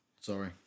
sorry